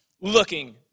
looking